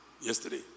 yesterday